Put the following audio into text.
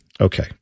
Okay